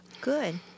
Good